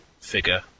figure